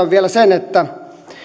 vielä sen että